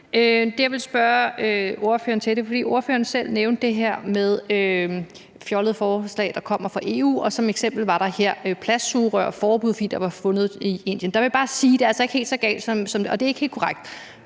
Det, jeg ville spørge ordføreren om, var, at ordføreren selv nævnte det her om fjollede forslag, der kommer fra EU, og som eksempel blev det nævnt, at der kom et plastsugerørforbud, fordi de var blevet fundet i Indien. Der vil jeg bare sige, at det altså ikke er helt så galt, og at det ikke er helt korrekt.